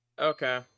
Okay